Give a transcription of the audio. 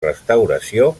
restauració